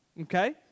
okay